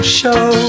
show